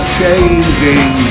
changing